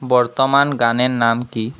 বর্তমান গানের নাম কি